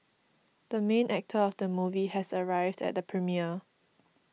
the main actor of the movie has arrived at the premiere